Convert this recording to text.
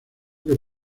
que